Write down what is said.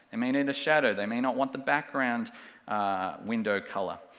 and may need a shadow, they may not want the background window color,